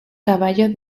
caballo